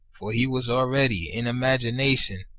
for he was already, in imagination,